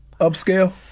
upscale